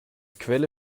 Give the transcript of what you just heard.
quelle